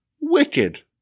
wicked